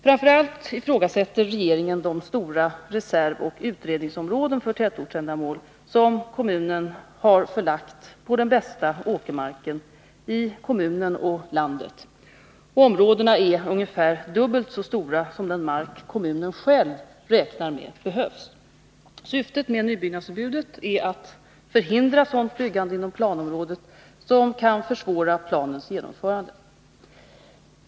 Framför allt ifrågasätter regeringen de stora reservoch utredningsområden för tätortsändamål som kommunen har förlagt på den bästa åkermarken — i kommunen och landet. Områdena är ungefär dubbelt så stora som den mark kommunen själv räknar med behövs. Syftet med nybyggnadsförbudet är att förhindra sådant byggande inom planområdet som kan försvåra planens genomförande.